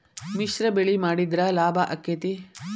ಮಿಶ್ರ ಬೆಳಿ ಮಾಡಿದ್ರ ಲಾಭ ಆಕ್ಕೆತಿ?